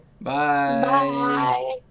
Bye